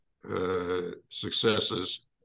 successes